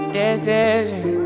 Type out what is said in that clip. decision